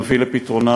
נביא לפתרונה.